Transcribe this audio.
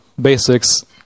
basics